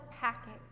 packing